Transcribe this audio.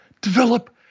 develop